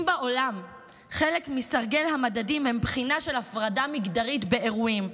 אם בעולם חלק מסרגל המדדים הוא בחינה של הפרדה מגדרית באירועים,